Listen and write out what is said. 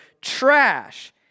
trash